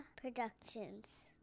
Productions